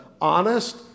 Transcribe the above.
honest